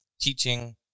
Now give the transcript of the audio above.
teaching